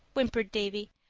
whimpered davy.